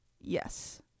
Yes